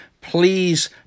Please